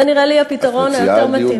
זה נראה לי הפתרון היותר מתאים.